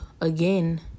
again